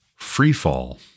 freefall